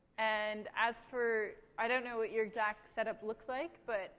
and as for i don't know what your exact setup looks like, but